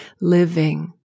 living